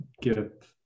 get